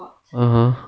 (uh huh)